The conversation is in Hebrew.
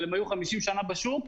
אבל הם היו 50 שנה בשוק.